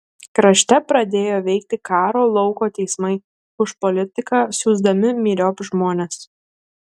krašte pradėjo veikti karo lauko teismai už politiką siųsdami myriop žmones